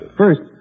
first